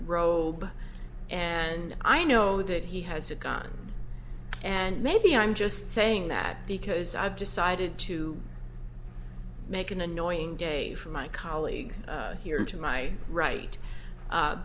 robe and i know that he has a gun and maybe i'm just saying that because i've decided to make an annoying day for my colleague here and to my right